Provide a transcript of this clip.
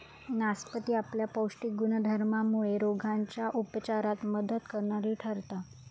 नासपती आपल्या पौष्टिक गुणधर्मामुळे रोगांच्या उपचारात मदत करणारी ठरता